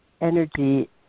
energy